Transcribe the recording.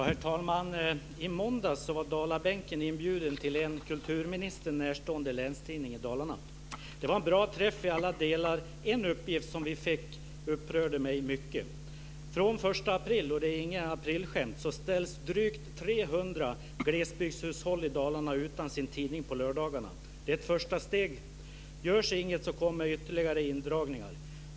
Herr talman! I måndags var dalabänken inbjuden till en kulturministern närstående länstidning i Dalarna. Det var en bra träff i alla delar. En uppgift som vi fick upprörde mig mycket. Från den 1 april - det är inget aprilskämt - ställs drygt 300 glesbygdshushåll i Dalarna utan sin tidning på lördagarna. Det är ett första steg. Görs inget kommer ytterligare indragningar.